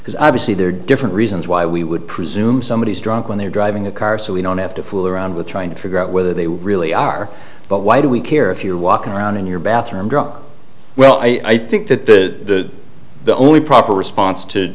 because obviously there are different reasons why we would presume somebody is drunk when they're driving a car so we don't have to fool around with trying to figure out whether they really are but why do we care if you're walking around in your bathroom drunk well i think that the the only proper response to